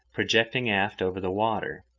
projecting aft over the water.